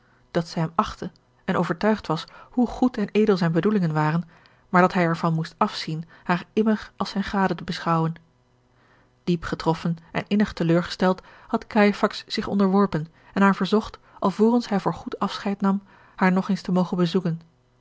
dat zij hem achtte en overtuigd was hoe goed en edel zijne bedoelingen waren maar dat hij er van moest afzien haar immer als zijne gade te beschouwen diep getroffen en innig teleurgesteld had cajefax zich onderworpen en haar verzocht alvorens hij voor goed afscheid nam haar nog eens te mogen bezoeken